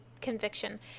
conviction